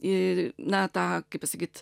na tą kaip pasakyt